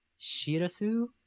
Shirasu